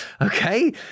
okay